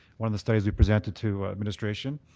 one of the studies we presented to administration,